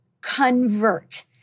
convert